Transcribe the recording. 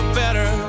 better